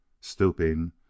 Stooping